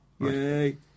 Yay